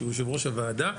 שהוא יו"ר הוועדה,